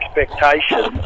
expectations